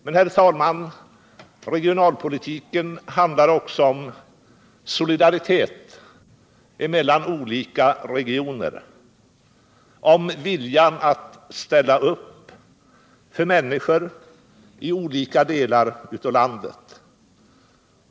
Men, herr talman, regionalpolitiken handlar också om solidaritet emellan olika regioner, om viljan att ställa upp för människor i olika delar av landet.